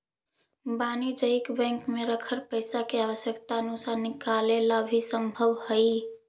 वाणिज्यिक बैंक में रखल पइसा के आवश्यकता अनुसार निकाले ला भी संभव हइ